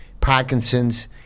Parkinson's